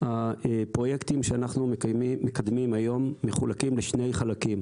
הפרויקטים שאנחנו מקדמים היום מחולקים לשני חלקים: